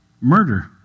murder